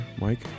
Mike